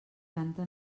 canta